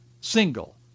single